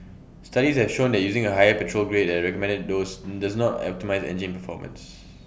studies have shown that using A higher petrol grade than recommended dose does not optimise engine performance